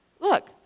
Look